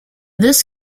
this